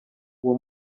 uwo